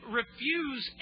refuse